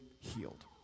healed